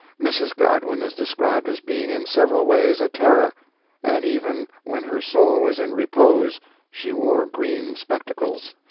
mrs. godwin is described as being in several ways a terror and even when her soul was in repose she wore green spectacles.